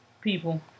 people